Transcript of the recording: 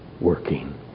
working